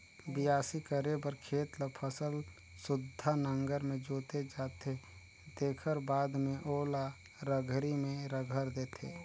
बियासी करे बर खेत ल फसल सुद्धा नांगर में जोते जाथे तेखर बाद में ओला रघरी में रघर देथे